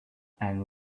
and